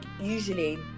usually